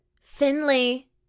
Finley